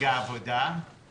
עבודה